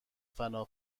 فنا